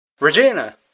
Regina